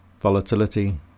volatility